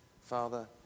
Father